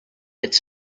its